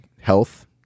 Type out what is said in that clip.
health